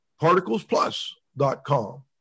ParticlesPlus.com